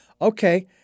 okay